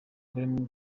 grammy